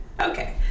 Okay